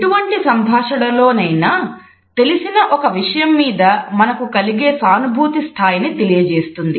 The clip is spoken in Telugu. ఎటువంటి సంభాషణలోనైనా తెలిసిన ఒక విషయం మీద మనకు కలిగె సానుభూతి స్థాయిని తెలియజేస్తుంది